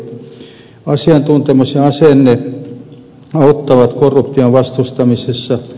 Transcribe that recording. asiantuntemus ja asenne auttavat korruption vastustamisessa